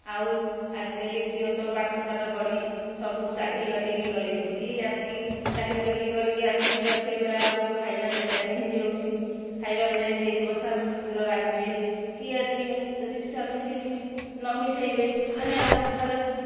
ଆଉ ଆଜିକାଲି ଝିଅ ତ ପାଠ ସାଠ ପଢ଼ି ସବୁ ଚାକିରି ବାକିରିକି ଗଲେ ସ୍ତ୍ରୀ ଆସିକି ଚାକିରି ବାକିରି କରିକି ଆସିକି ରୋଷେଇ କଲା ବେଳକୁ ଖାଇବା ବେଟାଇମ୍ ହେଇଯାଉଛି ଖାଇବା ବେଟାଇମ୍ ହେଇଥିବ ଶାଶୂ ଶଶୁର ରାଗିବେ କି ଆଜି ଯଦି ସ୍ୱାମୀ ସେଇଠି ନ ମିଶାଇବେ ତାନେ ଆଉ ଘରେ